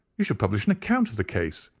you should publish an account of the case.